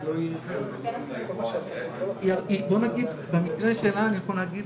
וכמובן שאנחנו תומכים, הוזכר כאן מרכז